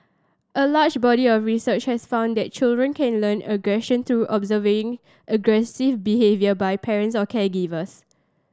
a large body of research has found that children can learn aggression through observing aggressive behaviour by parents or caregivers